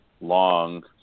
long